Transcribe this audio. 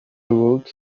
ruled